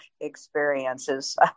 experiences